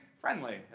friendly